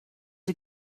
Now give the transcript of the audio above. sie